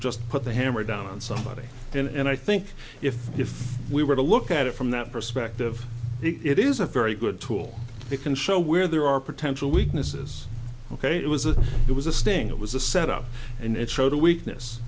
just put the hammer down and somebody and i think if if we were to look at it from that perspective it is a very good tool it can show where there are potential weaknesses ok it was a it was a sting it was a set up and it showed a weakness